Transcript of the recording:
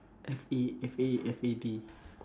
F A F A F A D